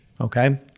Okay